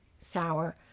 sour